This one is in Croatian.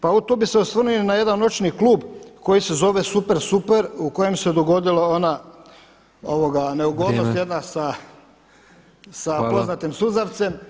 Pa tu bi se osvrnuo na jedan noćni klub koji se zove Super-Super u kojem se dogodila ona neugodnost jedna sa poznatim suzavcem